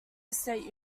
state